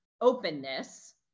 openness